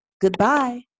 Goodbye